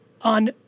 on